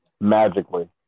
Magically